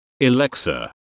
Alexa